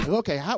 okay